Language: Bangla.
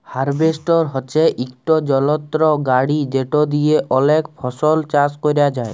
হার্ভেস্টর হছে ইকট যলত্র গাড়ি যেট দিঁয়ে অলেক ফসল চাষ ক্যরা যায়